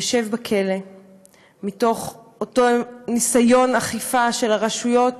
יושב בכלא בניסיון אכיפה של הרשויות